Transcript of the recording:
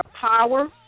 power